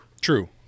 True